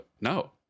no